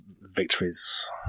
victories